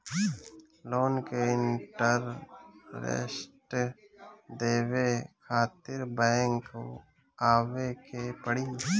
Loan के interest देवे खातिर बैंक आवे के पड़ी?